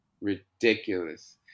Ridiculous